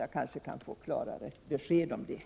Jag kanske kan få klarare besked om detta.